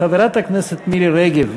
חברת הכנסת מירי רגב,